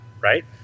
right